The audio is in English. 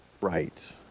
right